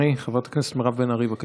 חברת הכנסת מירב בן ארי, בבקשה.